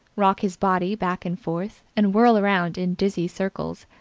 rock his body back and forth, and whirl around in dizzy circles.